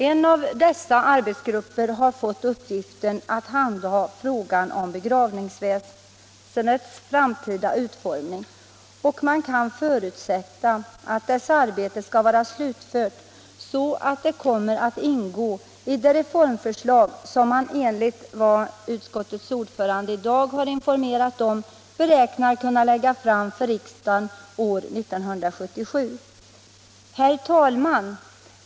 En av arbetsgrupperna har fått uppgiften att handha frågan om begravningsväsendets framtida utformning, och det kan förutsättas att dess arbete skall vara slutfört så att resultatet kommer att ingå i det reformförslag som man, enligt vad utskottets ordförande i dag har informerat Herr talman!